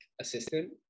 assistant